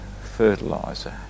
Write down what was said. fertilizer